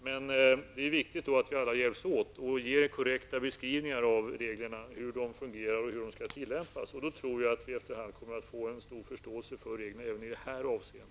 Men det är då viktigt att vi alla hjälps åt att ge korrekta beskrivningar av hur reglerna fungerar och skall tillämpas. Då tror jag att vi efter hand kommer att få stor förståelse för reglerna, även i det här avseendet.